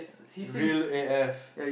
real A_F